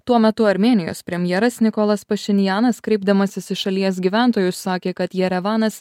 tuo metu armėnijos premjeras nikolas pašinjanas kreipdamasis į šalies gyventojus sakė kad jerevanas